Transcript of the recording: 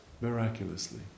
Miraculously